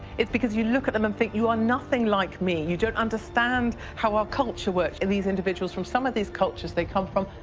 it's because you look at them and think you are nothing like me. you don't understand how our culture works. in these individuals, from some of these cultures they come from,